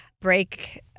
break